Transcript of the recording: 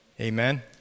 amen